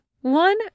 one